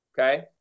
Okay